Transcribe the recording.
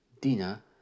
Dina